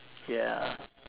ya